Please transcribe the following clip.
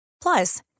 Plus